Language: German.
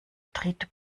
tritt